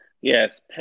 Yes